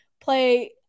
play